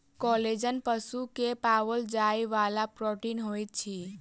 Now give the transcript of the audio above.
collagen पशु में पाओल जाइ वाला प्रोटीन होइत अछि